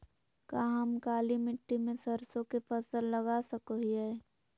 का हम काली मिट्टी में सरसों के फसल लगा सको हीयय?